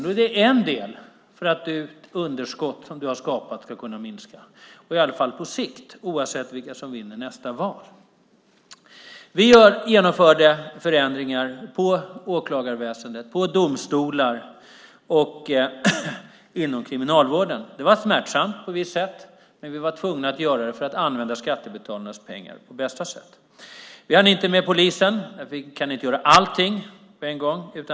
Det är en del för att det underskott som du har skapat ska kunna minska, i alla fall på sikt, oavsett vilka som vinner nästa val. Vi genomförde förändringar på åklagarväsendet, på domstolar och inom kriminalvården. Det var smärtsamt på vissa sätt, men vi var tvungna att göra det för att använda skattebetalarnas pengar på bästa sätt. Vi hann inte med polisen - vi kan inte göra allt på en gång.